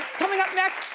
coming up next,